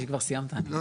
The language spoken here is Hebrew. חשבתי שכבר סיימת.